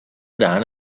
دهن